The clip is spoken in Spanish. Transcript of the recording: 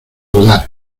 dudar